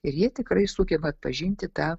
ir jie tikrai sugeba atpažinti tą